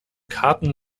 karten